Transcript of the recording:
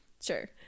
Sure